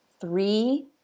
three